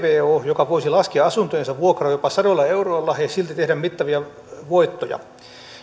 vvo joka voisi laskea asuntojensa vuokria jopa sadoilla euroilla ja silti tehdä mittavia voittoja